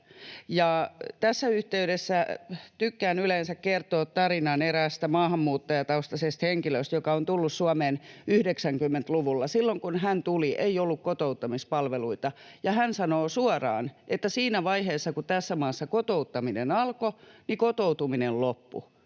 Tässä yhteydessä tykkään yleensä kertoa tarinan eräästä maahanmuuttajataustaisesta henkilöstä, joka on tullut Suomeen 90-luvulla. Silloin kun hän tuli, ei ollut kotouttamispalveluita, ja hän sanoo suoraan, että siinä vaiheessa, kun tässä maassa kotouttaminen alkoi, niin kotoutuminen loppui,